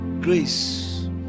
grace